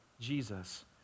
Jesus